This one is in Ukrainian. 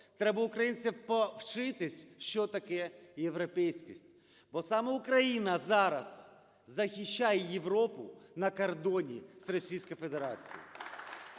треба в українців повчитись, що таке європейськість", бо саме Україна зараз захищає Європу на кордоні з Російською Федерацією.